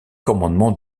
commandements